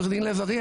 עו"ד לב ארי,